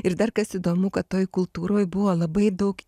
ir dar kas įdomu kad toj kultūroj buvo labai daug